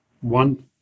one